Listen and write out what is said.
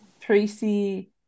Tracy